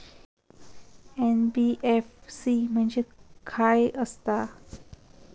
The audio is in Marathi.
एन.बी.एफ.सी म्हणजे खाय आसत?